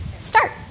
start